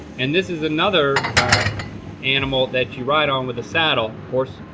and this is another animal that you ride on with a saddle. horse.